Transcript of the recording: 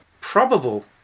probable